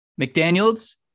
McDaniel's